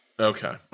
Okay